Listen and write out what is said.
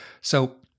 So-